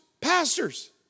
pastors